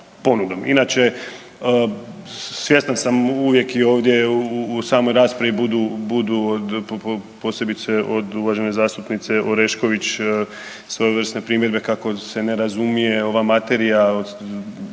Inače, svjestan sam uvijek i ovdje u samoj raspravu budu, posebice od uvažene zastupnice Orešković svojevrsne primjedbe kako se ne razumije ova materija,